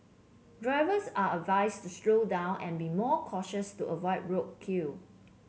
drivers are advised to slow down and be more cautious to avoid roadkill